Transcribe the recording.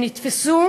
הם נתפסו